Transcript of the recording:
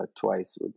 twice